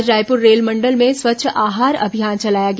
आज रायपुर रेलमंडल में स्वच्छ आहार अभियान चलाया गया